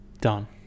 done